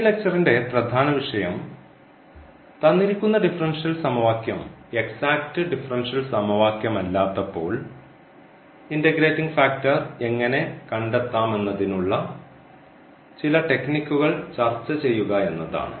ഈ ലക്ച്ചറിന്റെ പ്രധാന വിഷയം തന്നിരിക്കുന്ന ഡിഫറൻഷ്യൽ സമവാക്യം എക്സാറ്റ് ഡിഫറൻഷ്യൽ സമവാക്യമല്ലാത്തപ്പോൾ ഇൻറഗ്രേറ്റിംഗ് ഫാക്ടർ എങ്ങനെ കണ്ടെത്താമെന്നതിനുള്ള ചില ടെക്നിക്കുകൾ ചർച്ച ചെയ്യുക എന്നതാണ്